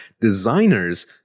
designers